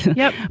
yeah.